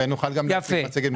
ונוכל גם להציג מצגת מטעמנו.